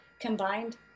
combined